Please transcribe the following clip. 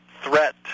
threat